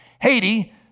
Haiti